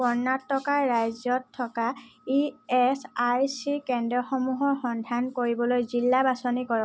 কৰ্ণাটকৰ ৰাজ্যত থকা ই এছ আই চি কেন্দ্ৰসমূহৰ সন্ধান কৰিবলৈ জিলা বাছনি কৰক